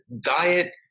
diet